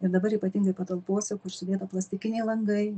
ir dabar ypatingai patalpose kur sudėta plastikiniai langai